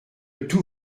tout